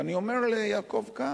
ואני אומר ליעקב כץ: